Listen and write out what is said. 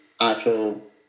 actual